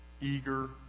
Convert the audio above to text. eager